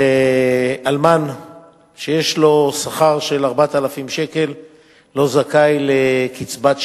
אלמן שיש לו שכר של 4,000 שקל לא זכאי לקצבת שאירים,